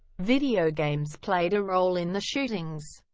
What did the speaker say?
video games played a role in the shootings.